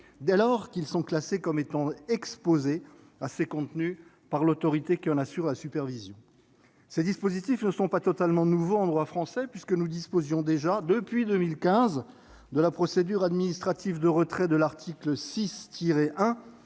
dès lors qu'ils sont classés comme étant « exposés » à ces contenus par l'autorité qui en assure la supervision. Ces dispositifs ne sont pas totalement nouveaux en droit français, puisque nous disposons déjà, depuis 2015, de la procédure administrative de retrait prévue à l'article 6-1